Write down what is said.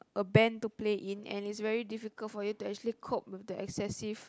a band to play in and it's very difficult for you to actually cope with the excessive